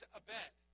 abed